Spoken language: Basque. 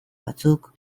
batzuk